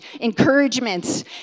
encouragements